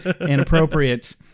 inappropriate